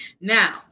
Now